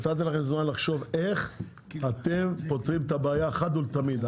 נתתי לכם זמן לחשוב איך אתם פותרים את הבעיה אחת ולתמיד.